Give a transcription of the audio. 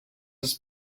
his